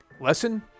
Lesson